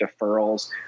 deferrals